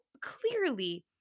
clearly